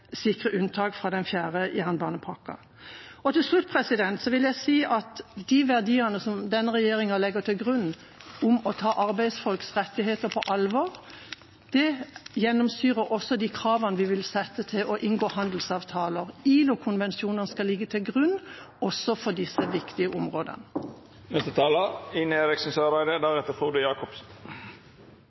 sikre unntak fra den fjerde jernbanepakken. Til slutt vil jeg si at de verdiene som denne regjeringa legger til grunn om å ta arbeidsfolks rettigheter på alvor, også gjennomsyrer de kravene vi vil sette til å inngå handelsavtaler. ILO-konvensjoner skal ligge til grunn også for disse viktige områdene. Nå på slutten av debatten syns jeg det er